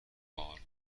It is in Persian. بار